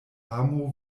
amo